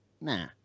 nah